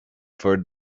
for